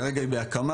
כרגע היא בהקמה.